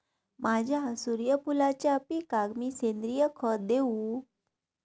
माझ्या सूर्यफुलाच्या पिकाक मी सेंद्रिय खत देवू?